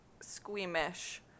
squeamish